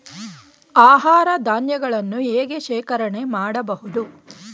ಆಹಾರ ಧಾನ್ಯಗಳನ್ನು ಹೇಗೆ ಶೇಖರಣೆ ಮಾಡಬಹುದು?